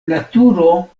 naturo